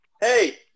Hey